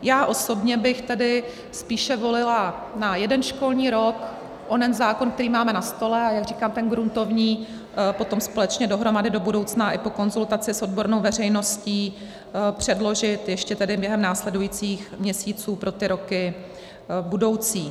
Já bych osobně spíše volila na jeden školní rok onen zákon, který máme na stole, a jak říkám, ten gruntovní potom společně dohromady do budoucna i po konzultaci s odbornou veřejností předložit ještě tedy během následujících měsíců pro ty roky budoucí.